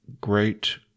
great